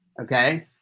okay